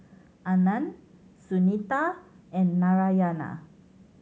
Anand Sunita and Narayana